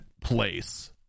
place